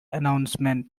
announcement